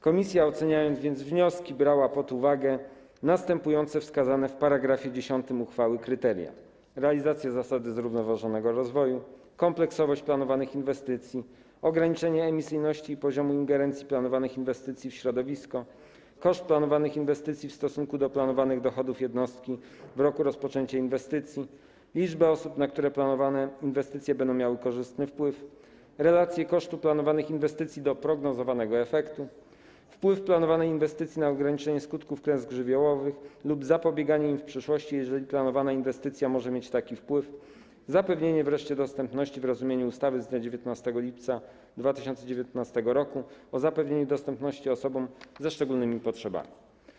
Komisja, oceniając wnioski, brała więc pod uwagę następujące wskazane w § 10 uchwały kryteria: realizację zasady zrównoważonego rozwoju, kompleksowość planowanych inwestycji, ograniczenie emisyjności i poziomu ingerencji planowanych inwestycji w środowisko, koszt planowanych inwestycji w stosunku do planowanych dochodów jednostki w roku rozpoczęcia inwestycji, liczbę osób, na które planowane inwestycje będą miały korzystny wpływ, relacje kosztu planowanych inwestycji do prognozowanego efektu, wpływ planowanej inwestycji na ograniczenie skutków klęsk żywiołowych lub zapobieganie im w przyszłości, jeżeli planowana inwestycja może mieć taki wpływ, wreszcie zapewnienie dostępności w rozumieniu ustawy z dnia 19 lipca 2019 r. o zapewnieniu dostępności osobom ze szczególnymi potrzebami.